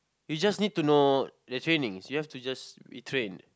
you just need to know the trainings you have to just retrain